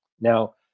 Now